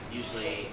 usually